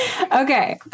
Okay